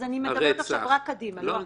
אני מדברת עכשיו רק קדימה, לא אחורה.